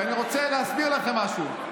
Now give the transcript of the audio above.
כי אני רוצה להסביר לכם משהו: